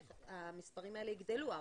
המספרים האלה יגדלו.